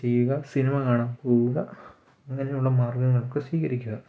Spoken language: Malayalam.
ചെയ്യുക സിനിമ കാണാൻ പോകുക അങ്ങനെയുള്ള മാർഗ്ഗങ്ങൾ ഒക്കെ സ്വീകരിക്കുക